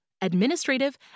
administrative